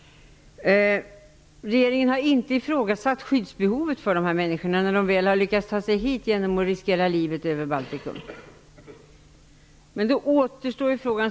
Regeringen har inte ifrågasatt skyddsbehovet för dessa människor när de väl har lyckats ta sig hit genom att riskera livet över Östersjön. Men då återstår ju en fråga.